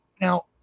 now